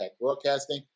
Broadcasting